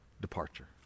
departure